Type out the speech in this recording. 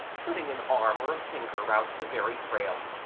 putting an arm or a finger round the very frail,